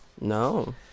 No